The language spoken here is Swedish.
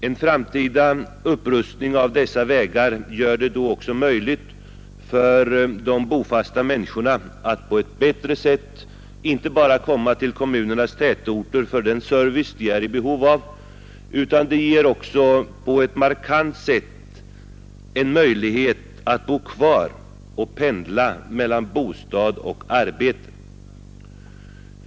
En kommande upprustning av dessa vägar gör det inte bara möjligt för de bofasta människorna att lättare komma till kommunernas tätorter för den service de är i behov av, utan ger dem också på ett markant sätt en möjlighet att bo kvar och pendla mellan bostad 'och arbete.